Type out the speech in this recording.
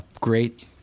great